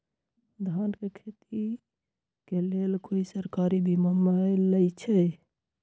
धान के खेती के लेल कोइ सरकारी बीमा मलैछई?